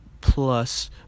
plus